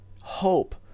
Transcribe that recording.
Hope